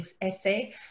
essay